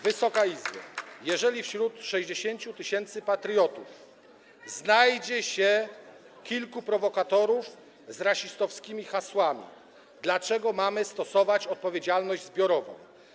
Wysoka Izbo, jeżeli wśród 60 tys. patriotów znajdzie się kilku prowokatorów z rasistowskimi hasłami, dlaczego mamy stosować odpowiedzialność zbiorową?